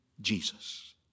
Jesus